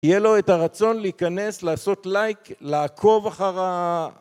יהיה לו את הרצון להיכנס, לעשות לייק, לעקוב אחר ה...